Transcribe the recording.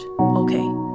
okay